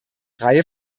reihe